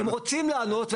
הם רוצים לענות,